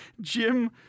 Jim